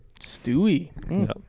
Stewie